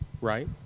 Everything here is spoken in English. right